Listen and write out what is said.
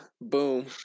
Boom